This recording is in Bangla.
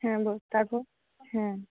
হ্যাঁ বলো তারপর হ্যাঁ